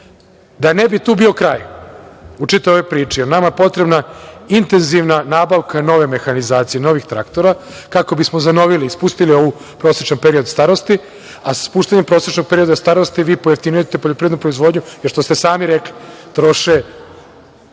ne bi tu bio kraj u čitavoj ovoj priči, nama je potrebna intenzivna nabavka nove mehanizacije, novih traktora, kako bismo zanovili i spustili ovaj prosečan period starosti, a sa spuštanjem prosečnog perioda starosti vi pojeftinjujete poljoprivrednu proizvodnju, jer ste sami rekli - troše